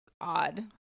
odd